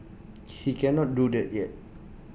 she cannot do that yet